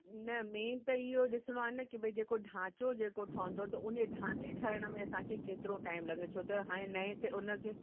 न मेन त इहो ॾिसणो आहे न की भई जेको ढांचो जेको ठहंदो त उन्हीअ ढांचे ठहण में असांखे केतिरो टाइम लॻे छो त हाणे नए से उन खे